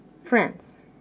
friends